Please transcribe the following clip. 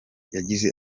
yagiye